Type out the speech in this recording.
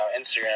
Instagram